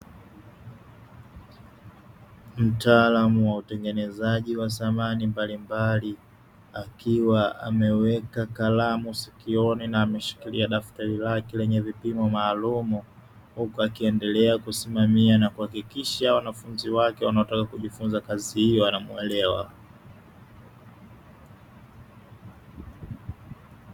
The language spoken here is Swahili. Mtaalamu wa utengenezaji wa samani mbalimbali, akiwa ameweka kalamu sikioni na ameshikilia daftari lake lenye vipimo maalumu, akiendelea kusimamia na kuhakikisha wanafunzi wake wanaotaka kujifunza kazi hii wanamuelewa.